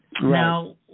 Now